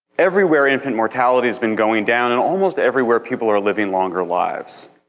everywhere infant mortality has been going down, and almost everywhere people are living longer lives.